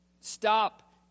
stop